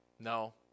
No